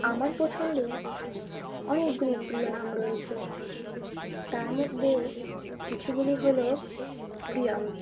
আমার পছন্দের অনেকগুলি প্রিয় নাম রয়েছে তার মধ্যে কিছুগুলি হলো প্রিয়াঙ্ক